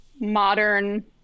modern